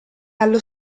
allo